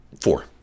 four